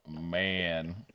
man